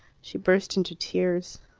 she burst into tears.